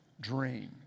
dream